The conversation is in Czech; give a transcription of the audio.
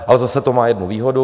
Ale zase to má jednu výhodu.